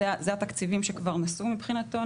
אלו התקציבים שכבר --- מבחינתנו,